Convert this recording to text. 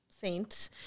saint